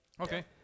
Okay